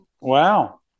Wow